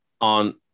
on